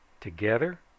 Together